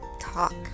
talk